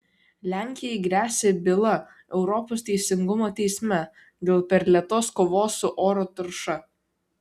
lenkijai gresia byla europos teisingumo teisme dėl per lėtos kovos su oro tarša